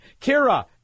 Kira